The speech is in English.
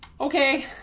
Okay